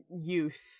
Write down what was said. youth